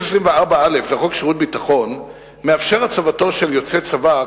24א לחוק שירות ביטחון מאפשר הצבתו של יוצא צבא,